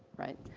right?